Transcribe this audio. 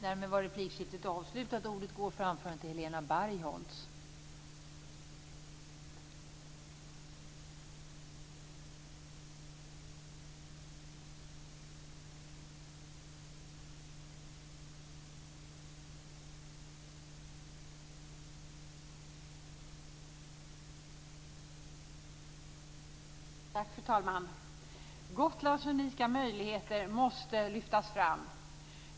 Fru talman! Gotlands unika möjligheter måste lyftas fram.